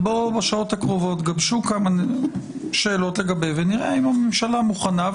בשעות הקרובות גבשו כמה שאלות ונראה אם הממשלה מוכנה.